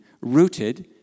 rooted